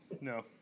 No